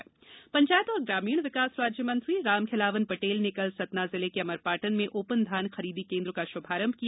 ष्ण पंचायत एवं ग्रामीण विकास राज्यमंत्री रामखेलावन पटेल ने कल सतना जिले के अमरपाटन में ओपन धान खरीदी केंद्र का श्भारंभ किया